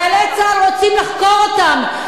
חיילי צה"ל, רוצים לחקור אותם.